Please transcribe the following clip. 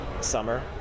summer